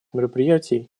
мероприятий